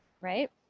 right